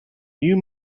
you